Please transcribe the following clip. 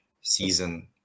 season